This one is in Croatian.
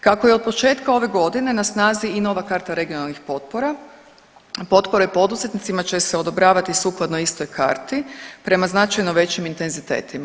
Kako je od početka ove godine na snazi i nova karta regionalnih potpora, potpore poduzetnicima će se odobravati sukladno istoj karti prema značajno većim intenzitetima.